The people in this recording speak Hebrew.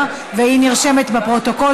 סלומינסקי, בבקשה.